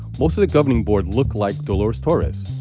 most of the governing board looked like dolores torres.